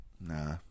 nah